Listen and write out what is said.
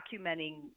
documenting